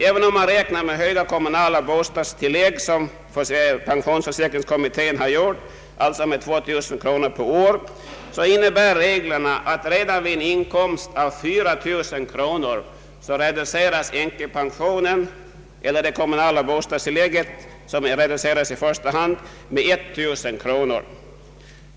Även om man räknar med de höga kommunala bostadstillägg, som försäkringskommittén gjort — alltså med 2 000 kronor per år — så innebär reglerna att redan vid en inkomst av 4000 kronor änkepensionen och i första hand det kommunala bostadstillägget reduceras med 1000 kronor.